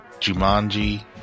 jumanji